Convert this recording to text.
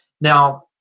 Now